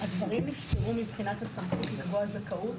הדברים נפתרו מבחינת הסמכות לקבוע זכאות.